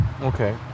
Okay